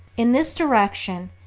in this direction,